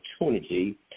opportunity